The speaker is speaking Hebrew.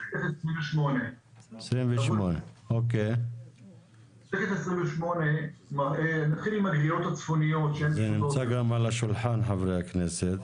שקף 28. הוא מונח גם על שולחן חברי הכנסת.